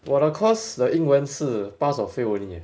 我的 course 的英文是 pass or fail only leh